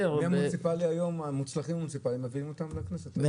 היום המוצלחים מהמוניציפלי, מביאים אותם לכנסת.